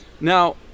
Now